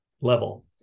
level